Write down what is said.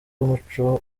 umuco